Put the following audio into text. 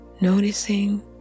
noticing